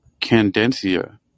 Candencia